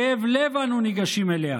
בכאב לב אנו נגשים אליה,